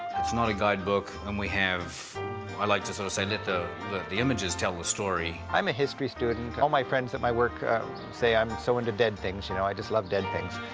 it's not a guide book, and we have i like to sort of say, let the the images tell the story. i'm a history student. all my friends at my work say i'm so into dead things. you know, i just love dead things,